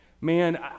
man